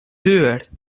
deur